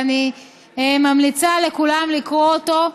ואני ממליצה לכולם לקרוא אותו.